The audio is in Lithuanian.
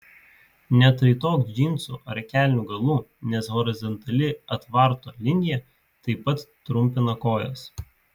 neatraitok džinsų ar kelnių galų nes horizontali atvarto linija taip pat trumpina kojas